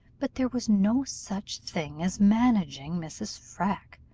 but there was no such thing as managing mrs. freke,